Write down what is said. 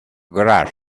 grass